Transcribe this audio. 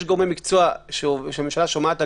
יש גורמי מקצוע שהממשלה שומעת.